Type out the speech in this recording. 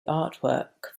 artwork